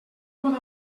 pot